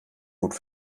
gut